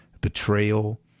betrayal